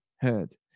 heard